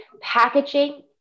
packaging